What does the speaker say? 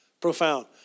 profound